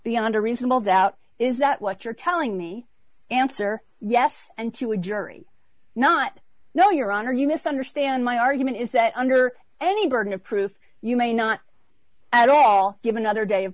beyond a reasonable doubt is that what you're telling me answer yes and to a jury not no your honor you misunderstand my argument is that under any burden of proof you may not at all give another day of